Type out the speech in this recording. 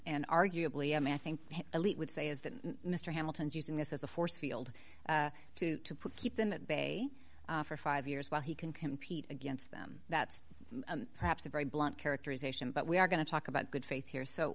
an arguably a math think elite would say is that mr hamilton's using this as a force field to put keep them at bay for five years while he can compete against them that's perhaps a very blunt characterization but we are going to talk about good faith here so